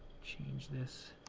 change this